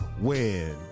win